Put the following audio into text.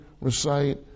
recite